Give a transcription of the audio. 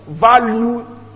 value